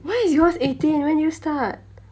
why is yours eighteen when did you start